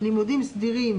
לימודים סדירים